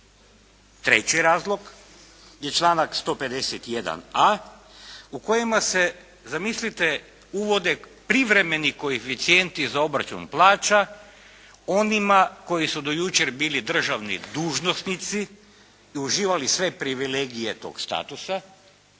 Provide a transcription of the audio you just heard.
Treći je razlog članak 151.a. u kojemu se zamislite, uvode privremeni koeficijenti za obračun plaća, onima koji su do jučer bili državni dužnosnici i uživali sve privilegije tog statusa,